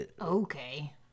Okay